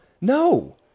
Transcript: No